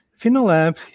Finolab